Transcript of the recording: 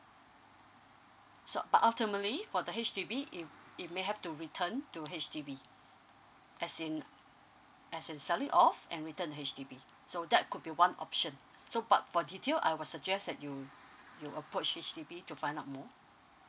so but ultimately for the H_D_B it it may have to return to H_D_B as in as in selling off and return H_D_B so that could be one option so but for detail I will suggest that you you approach H_D_B to find out more